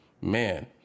man